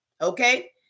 okay